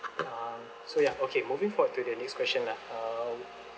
um so yeah okay moving forward to the next question lah uh